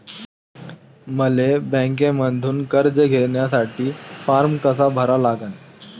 मले बँकेमंधून कर्ज घ्यासाठी फारम कसा भरा लागन?